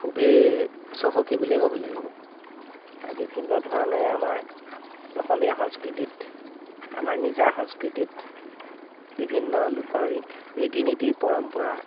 খুবেই চহকী বুলিয়ে ক'ব লাগিব বিভিন্ন ধৰণেৰে আমাৰ অসমীয়া সংস্কৃতিত আমাৰ নিজা সংস্কৃতিত বিভিন্ন লোকৰ ৰীতি ৰীতি নীতি পৰম্পৰা